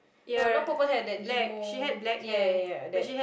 no not purple hair that emo ya ya ya that